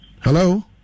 Hello